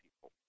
people